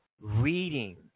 reading